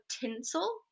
tinsel